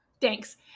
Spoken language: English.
Thanks